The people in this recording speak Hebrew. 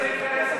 איזה אינטרסים,